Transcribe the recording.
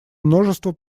множество